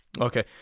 Okay